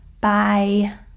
Bye